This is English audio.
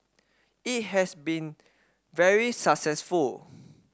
it has been very successful